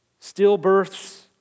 stillbirths